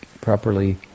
properly